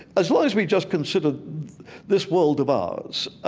as long as we just consider this world of ours,